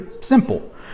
simple